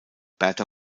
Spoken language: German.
bertha